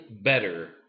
better